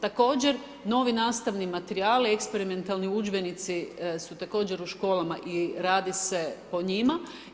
Također novi nastavni materijal, eksperimentalni udžbenici su također u školama i radi se po njima.